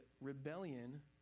rebellion